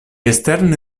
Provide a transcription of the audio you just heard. esterni